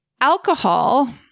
Alcohol